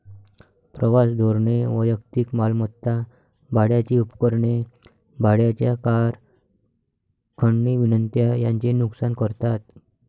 प्रवास धोरणे वैयक्तिक मालमत्ता, भाड्याची उपकरणे, भाड्याच्या कार, खंडणी विनंत्या यांचे नुकसान करतात